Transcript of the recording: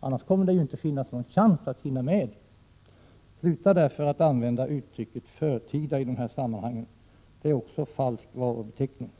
Annars kommer det inte att finnas en chans att hinna med. Sluta därför med att använda uttrycket förtida i de här sammanhangen. Det är falsk varubeteckning.